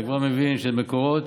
אתה כבר מבין שאין מקורות.